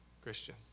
Christian